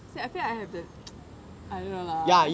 so I feel like I have the I don't know lah